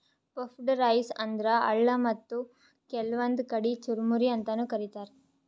puffed rice ಅಂದ್ರ ಅಳ್ಳ ಮತ್ತ್ ಕೆಲ್ವನ್ದ್ ಕಡಿ ಚುರಮುರಿ ಅಂತಾನೂ ಕರಿತಾರ್